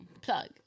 plug